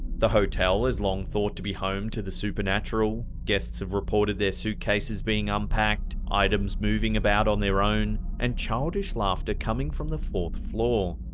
the hotel is long thought to be home to the supernatural. supernatural. guests have reported their suitcases being unpacked, items moving about on their own, and childish laughter coming from the fourth floor.